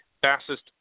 fastest